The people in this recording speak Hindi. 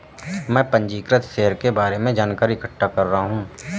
मैं पंजीकृत शेयर के बारे में जानकारी इकट्ठा कर रहा हूँ